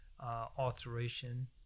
alteration